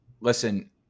listen